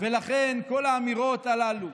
ולכן כל האמירות הללו,